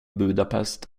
budapest